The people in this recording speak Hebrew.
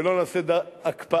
ולא נעשה הקפאה,